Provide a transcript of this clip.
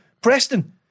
Preston